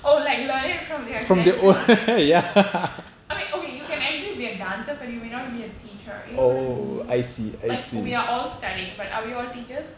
oh like learn it from their grand~ I mean okay you can actually be a dancer but you may not be a teacher you know what I mean like we are all studying but are we all teachers